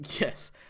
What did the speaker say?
Yes